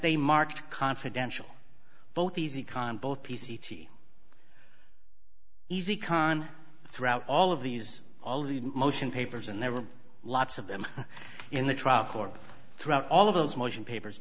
they marked confidential both easy con both p c t easy con throughout all of these all of the motion papers and there were lots of them in the trial court threw out all of those motion papers